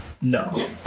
no